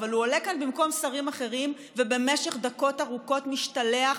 אבל הוא עולה כאן במקום שרים אחרים ובמשך דקות ארוכות משתלח,